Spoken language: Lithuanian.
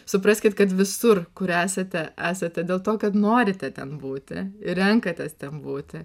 supraskit kad visur kur esate esate dėl to kad norite ten būti ir renkatės ten būti